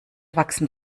wachsen